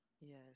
Yes